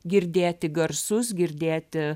girdėti garsus girdėti